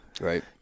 Right